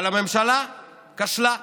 אבל הממשלה כשלה,